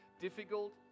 difficult